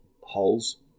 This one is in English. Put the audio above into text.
holes